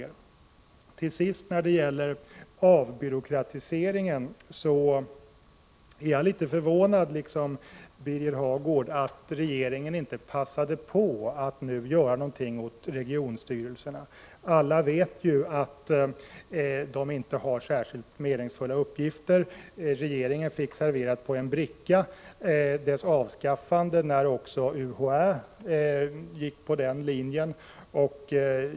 För det tredje, till sist: När det gäller avbyråkratiseringen är jag, liksom Birger Hagård, litet förvånad över att regeringen inte passat på att nu göra någonting åt regionstyrelserna. Alla vet ju att de inte har särskilt meningsfulla uppgifter. Regeringen fick deras avskaffande serverat på en bricka, när också UHÄ gick på den linjen.